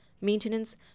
maintenance